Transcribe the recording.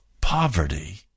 poverty